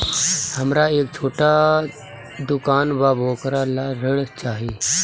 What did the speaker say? हमरा एक छोटा दुकान बा वोकरा ला ऋण चाही?